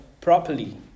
properly